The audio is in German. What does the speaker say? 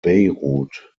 beirut